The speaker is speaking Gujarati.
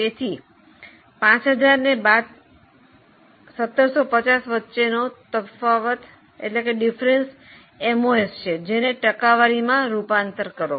તેથી 5000 બાદ 1750 વચ્ચેનો તફાવત એમઓએસ છે જેને ટકાવારીમાં રૂપાંતર કરો